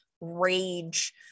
rage